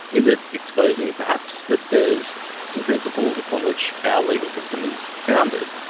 is it exposing perhaps that there's some principles upon which our legal system is founded,